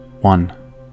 One